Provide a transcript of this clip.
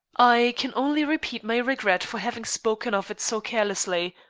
i can only repeat my regret for having spoken of it so carelessly,